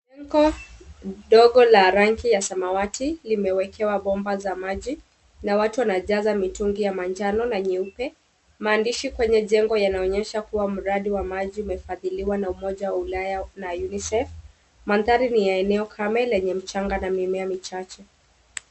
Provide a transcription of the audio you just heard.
Jengo ndogo la samawati limewekewa bomba la maji na watu wanajaza mitungi ya manjano na nyeupe. Maandishi kwenye jengo yanaonyesha kuwa mradi wa maji umefadhiliwa na mmoja ulaya na Unicef. Mandhari ni ya eneo kame yenye mchanga na mimea michache.